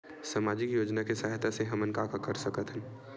सामजिक योजना के सहायता से हमन का का कर सकत हन?